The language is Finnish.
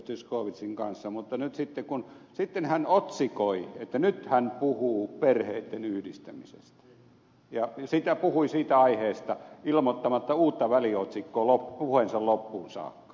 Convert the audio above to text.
zyskowiczin kanssa mutta sitten hän otsikoi että nyt hän puhuu perheitten yhdistämisestä ja puhui siitä aiheesta ilmoittamatta uutta väliotsikkoa puheensa loppuun saakka